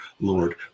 Lord